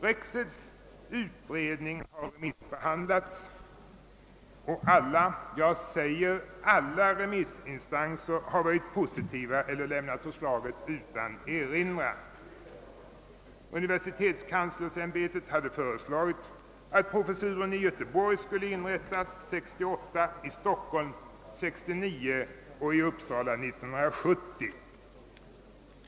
Rexeds utredning har remissbehandlats, och alla — jag säger alla — remissinstanser har ställt sig positiva eller lämnat förslaget utan erinran. Universitetskanslersämbetet hade föreslagit att professuren i Göteborg skulle inrättas 1968, i Stockholm 1969 och i Upp sala 1970.